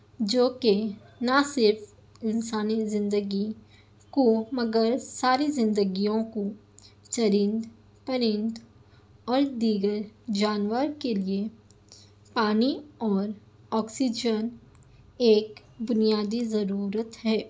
جو کہ نہ صرف انسانی زندگی کو مگر ساری زندگیوں کو چرند پرند اور دیگر جانور کے لیے پانی اور آکسیجن ایک بنیادی ضرورت ہے